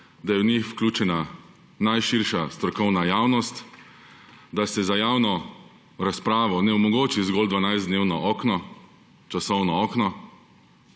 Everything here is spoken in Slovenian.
da je v njih vključena najširša strokovna javnost, da se za javno razpravo ne omogoči zgolj 12-dnevno časovno okno.